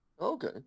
Okay